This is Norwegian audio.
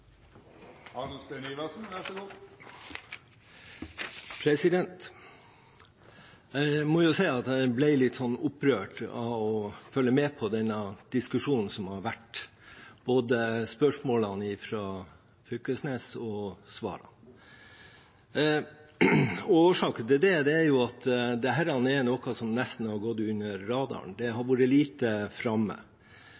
må si at jeg ble litt opprørt av å følge med på denne diskusjonen som har vært – både spørsmålene fra Knag Fylkesnes og svarene. Årsaken til det er at dette er noe som nesten har gått under radaren. Det har vært lite framme. Vi vet at Kystvakten og bl.a. Orion-flyene som skulle følge med ute i Barentshavet, har